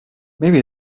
maybe